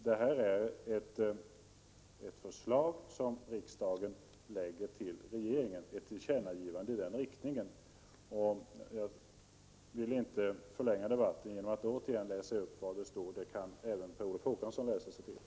Detta är ett förslag som riksdagen lägger fram till regeringen, ett tillkännagivande i den riktningen. Jag vill inte förlänga debatten genom att återigen läsa upp vad det står i betänkandet. Det kan Per Olof Håkansson läsa själv.